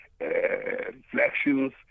reflections